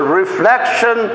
reflection